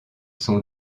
sont